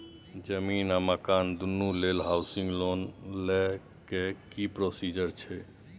जमीन आ मकान दुनू लेल हॉउसिंग लोन लै के की प्रोसीजर छै?